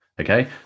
Okay